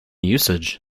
usage